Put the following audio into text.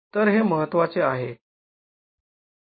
तर हे महत्त्वाचे आहे